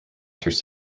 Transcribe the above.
through